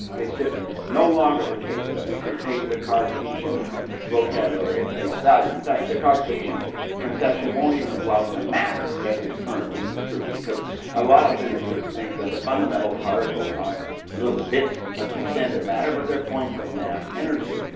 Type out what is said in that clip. it's just no longer the case that we can take the cartesian vocabulary at face value, in fact, the cartesian conception won't even apply to matter as it's currently construed, because a lot of physicists think that the fundamental particles aren't little bits of extended matter but they're points of mass energy.